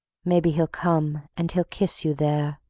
maybe he'll come and he'll kiss you there,